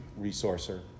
resourcer